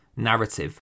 narrative